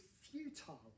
futile